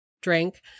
drink